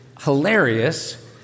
hilarious